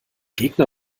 gegner